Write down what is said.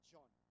John